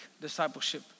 discipleship